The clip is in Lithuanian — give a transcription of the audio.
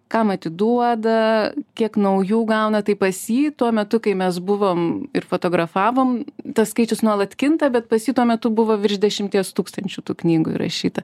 kam atiduoda kiek naujų gauna tai pas jį tuo metu kai mes buvom ir fotografavom tas skaičius nuolat kinta bet pas jį tuo metu buvo virš dešimties tūkstančių tų knygų įrašyta